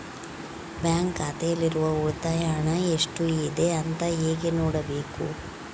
Bank ಖಾತೆಯಲ್ಲಿರುವ ಉಳಿತಾಯ ಹಣವು ಎಷ್ಟುಇದೆ ಅಂತ ಹೇಗೆ ನೋಡಬೇಕು?